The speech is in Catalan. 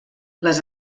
les